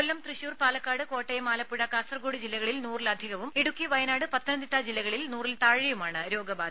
കൊല്ലം തൃശൂർ പാലക്കാട് കോട്ടയം ആലപ്പുഴ കാസർഗോഡ് ജില്ലകളിൽ നൂറിലധികവും ഇടുക്കി വയനാട് പത്തനംതിട്ട ജില്ലകളിൽ നൂറിൽ താഴെയുമാണ് രോഗബാധ